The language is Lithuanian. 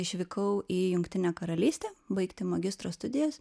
išvykau į jungtinę karalystę baigti magistro studijas